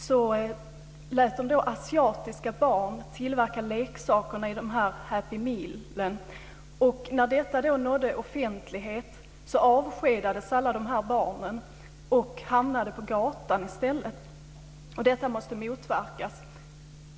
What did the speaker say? Man lät asiatiska barn tillverka leksaker till Happy Meal, och när uppgifter om detta trängde fram till offentligheten avskedades alla dessa barn, som i stället hamnade på gatan. Detta måste motverkas.